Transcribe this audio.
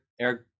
Eric